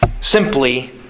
simply